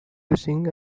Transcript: using